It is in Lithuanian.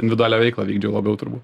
individualią veiklą vykdžiau labiau turbūt